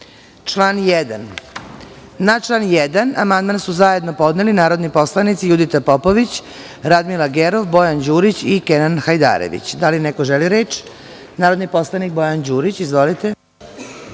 1.Na član 1. amandman su zajedno podneli narodni poslanici Judita Popović, Radmila Gerov, Bojan Đurić i Kenan Hajdarević. Da li neko želi reč? (Da)Reč ima narodni poslanik Bojan Đurić. Izvolite.